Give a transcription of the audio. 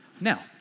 Now